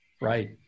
Right